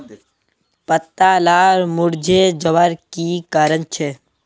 पत्ता लार मुरझे जवार की कारण छे?